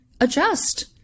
adjust